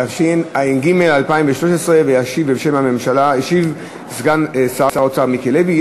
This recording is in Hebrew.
התשע"ג 2013. ישיב בשם הממשלה סגן שר האוצר מיקי לוי.